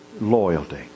loyalty